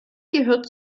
gehört